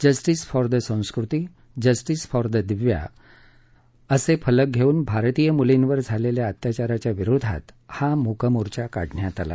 justice for Sanskruti justice for Divya असे फलक घेऊन भारतीय मुलींवर झालेल्या अत्याचाराविरोधात हा मुकमोर्चा काढण्यात आला